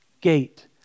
gate